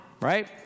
Right